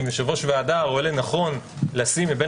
אם יושב-ראש ועדה רואה לנכון לשים מבין